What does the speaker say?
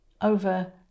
over